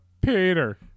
Peter